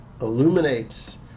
illuminates